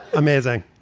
amazing.